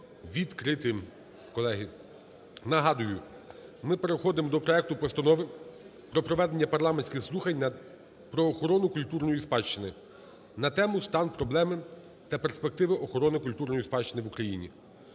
відкритим. Колеги, нагадую, ми переходимо до проекту Постанови про проведення парламентських слухань про охорону культурної спадщини на тему: "Стан, проблеми та перспективи охорони культурної спадщини в Україні".